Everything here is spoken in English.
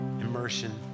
immersion